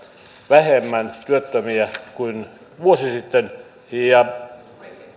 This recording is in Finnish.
vähemmän kuin vuosi sitten ja